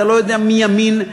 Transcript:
אתה לא יודע מי ימין,